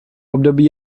období